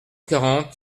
quarante